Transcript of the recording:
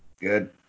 good